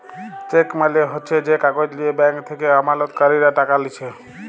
check মালে হচ্যে যে কাগজ লিয়ে ব্যাঙ্ক থেক্যে আমালতকারীরা টাকা লিছে